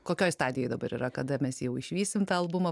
kokioj stadijoj dabar yra kada mes jau išvysim tą albumą